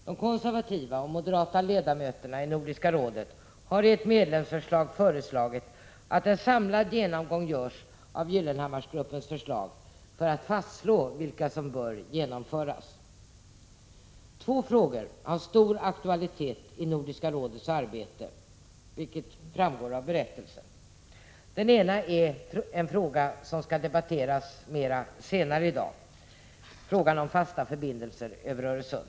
De konservativa och moderata ledamöterna i Nordiska rådet har i ett medlemsförslag föreslagit att en samlad genomgång av Gyllenhammarsgruppens förslag skall göras för att fastslå vilka som bör genomföras. Två frågor har stor aktualitet i Nordiska rådets arbete, vilket också framgår av berättelsen. Den ena är en fråga som skall debatteras senare i dag, frågan om fasta förbindelser över Öresund.